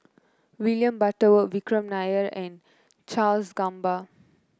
William Butterworth Vikram Nair and Charles Gamba